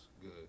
good